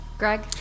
Greg